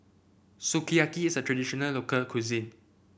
sukiyaki is a traditional local cuisine